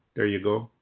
there you go.